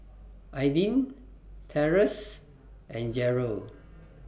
Aydin Terrance and Jerel